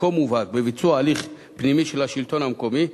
כה מובהק בביצוע הליך פנימי של השלטון המקומי,